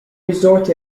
resort